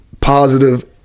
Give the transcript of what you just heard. positive